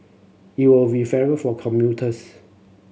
it will be fairer for commuters